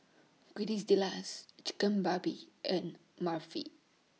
Quesadillas Chigenabe and Barfi